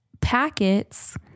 packets